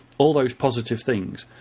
all those positive things.